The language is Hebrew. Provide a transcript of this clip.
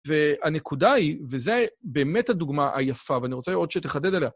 והנקודה היא, וזו באמת הדוגמה היפה, ואני רוצה עוד שתחדד עליה.